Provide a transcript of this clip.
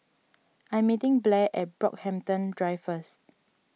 I'm meeting Blair at Brockhampton Drive first